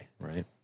right